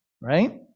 right